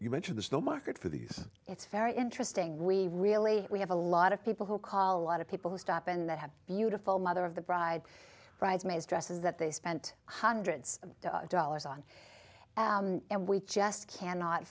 you mention there's no market for these it's very interesting we really we have a lot of people who call a lot of people who stop and that have beautiful mother of the bride bridesmaids dresses that they spent hundreds of dollars on and we just cannot